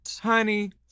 Honey